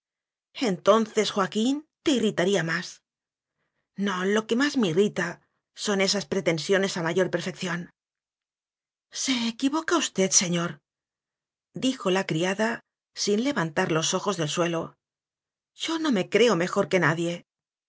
entonces joaquín te irritaría más no ío que más me irrita son esas pre tensiones a mayor perfección se equivoca usted señordijo la cria da sin levantar los ojos del suelo yo no me creo mejor que nadie